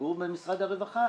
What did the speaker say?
השתגעו במשרד הרווחה?